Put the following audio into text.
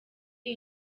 iyi